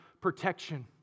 protection